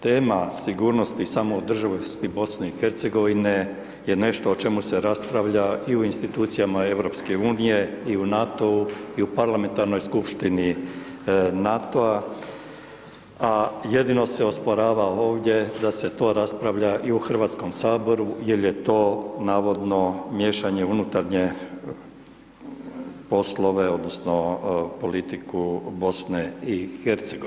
Tema sigurnosti i samoodrživosti BiH je nešto o čemu se raspravlja i u institucijama EU i u NATO-u i u Parlamentarnoj skupštini NATO-a a jedino se osporava ovdje da se to raspravlja i u Hrvatskom saboru jer je to navodno miješanje u unutarnje poslove odnosno politiku BiH.